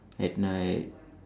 at night